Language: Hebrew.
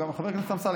חבר הכנסת אמסלם,